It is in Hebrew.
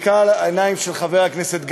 בעיקר העיניים של חבר הכנסת גפני,